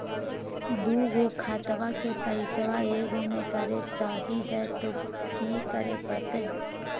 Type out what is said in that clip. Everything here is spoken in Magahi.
दू गो खतवा के पैसवा ए गो मे करे चाही हय तो कि करे परते?